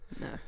No